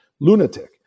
lunatic